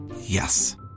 Yes